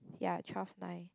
ya twelve nine